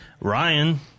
Ryan